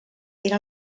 era